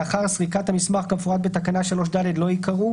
לאחר סריקת המסמך כמפורט בתקנה 3(ד)" לא ייקראו,